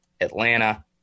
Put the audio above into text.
Atlanta